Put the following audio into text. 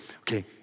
okay